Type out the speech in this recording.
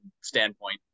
standpoint